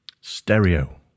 stereo